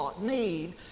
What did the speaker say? need